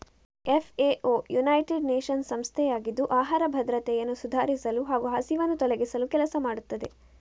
FAO United Nations ಸಂಸ್ಥೆಯಾಗಿದ್ದು ಆಹಾರ ಭದ್ರತೆಯನ್ನು ಸುಧಾರಿಸಲು ಹಾಗೂ ಹಸಿವನ್ನು ತೊಲಗಿಸಲು ಕೆಲಸ ಮಾಡುತ್ತದೆ